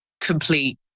complete